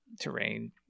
terrain